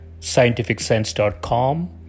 scientificsense.com